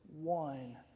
one